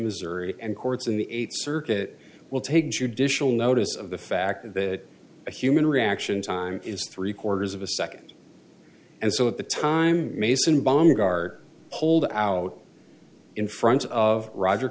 missouri and courts in the eighth circuit will take judicial notice of the fact that a human reaction time is three quarters of a second and so at the time mason baumgartner pulled out in front of roger